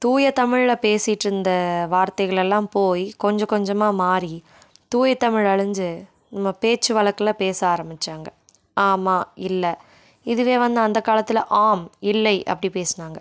தூயத்தமிழ்ல பேசிகிட்ருந்த வார்த்தைகளெல்லாம் போய் கொஞ்ச கொஞ்சமாக மாறி தூயத்தமிழ் அழிஞ்சு நம்ம பேச்சு வழக்கில் பேச ஆரம்பிச்சாங்கள் ஆமாம் இல்லை இதுவே வந்து அந்தக்காலத்தில் ஆம் இல்லை அப்படி பேசுனாங்கள்